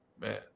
Man